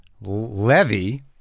Levy-